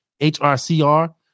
HRCR